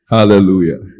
Hallelujah